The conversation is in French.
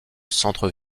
centre